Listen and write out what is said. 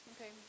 Okay